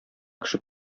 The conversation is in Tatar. кеше